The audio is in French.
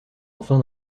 enfin